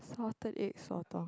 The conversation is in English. salted egg sotong